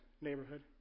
neighborhood